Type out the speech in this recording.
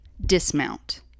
dismount